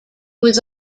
was